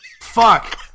fuck